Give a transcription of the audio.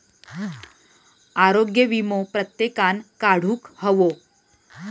आरोग्य वीमो प्रत्येकान काढुक हवो